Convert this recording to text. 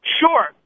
Sure